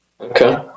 Okay